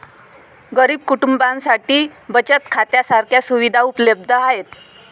गरीब कुटुंबांसाठी बचत खात्या सारख्या सुविधा उपलब्ध आहेत